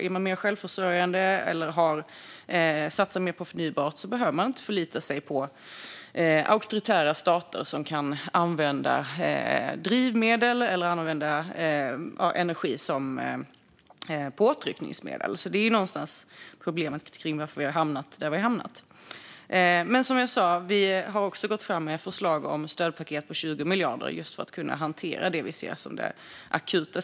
Är man mer självförsörjande och satsar mer på förnybart behöver man inte förlita sig på auktoritära stater som kan använda drivmedel eller energi som påtryckningsmedel. Där någonstans är problemet när det gäller varför vi har hamnat där vi har hamnat. Men som jag sa: Vi har också gått fram med förslag om stödpaket på 20 miljarder, just för att kunna hantera det vi ser som den akuta situationen.